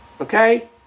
Okay